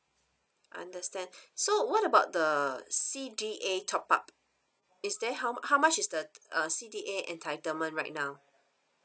understand so what about the C_D_A top up is there how mu~ how much is the uh C_D_A entitlement right now